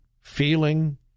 feeling